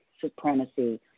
supremacy